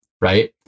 right